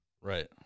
Right